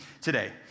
today